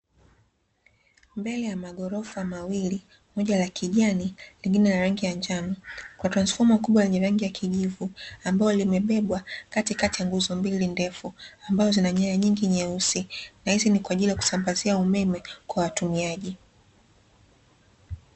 Mbele ya maghorofa mawili, moja la kijani, lingine la rangi ya njano kuna transfoma kubwa lenye rangi ya kijivu ambalo limebebwa katikati ya nguzo mbili ndefu, ambazo zina nyaya nyingi nyeusi nahisi ni kwa ajili ya kusambazia umeme kwa watumiaji.